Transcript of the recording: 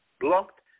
blocked